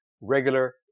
regular